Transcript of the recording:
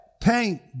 paint